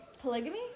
polygamy